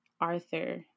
Arthur